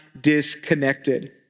disconnected